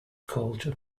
called